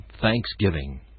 thanksgiving